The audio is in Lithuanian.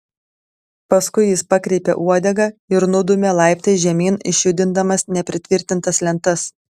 paskui jis pakreipė uodegą ir nudūmė laiptais žemyn išjudindamas nepritvirtintas lentas